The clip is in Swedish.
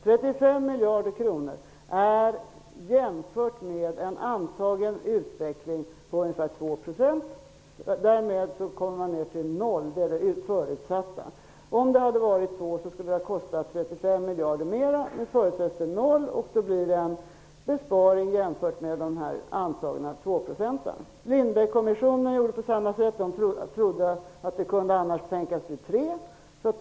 35 miljarder kronor är jämfört med en antagen utveckling på ca 2 %. Därmed förutsätts att man kommer ned till noll. Om det hade varit 2 % skulle det ha kostat ytterligare 35 miljarder. Nu förutsätter man att det blir noll, och då blir det en besparing som kan jämföras med de antagna 2 %. Lindbeckkommissionen gick till väga på samma sätt. Man trodde att det annars kunde tänkas bli 3 %.